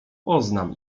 poznam